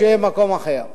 שיהיה במקום אחר,